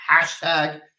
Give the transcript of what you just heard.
hashtag